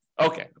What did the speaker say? Okay